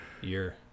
year